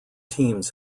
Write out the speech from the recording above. teams